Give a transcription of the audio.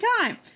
time